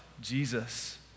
Jesus